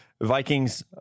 Vikings